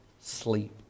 sleep